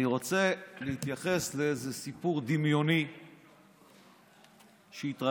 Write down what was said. אני רוצה להתייחס לסיפור דמיוני שהתרחש